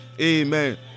Amen